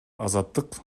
азаттык